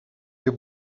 you